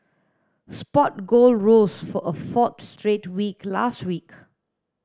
spot gold rose for a fourth straight week last week